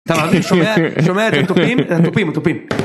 שומע האת התופים? התופים, התופים.